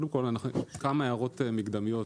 כמה הערות מקדמיות.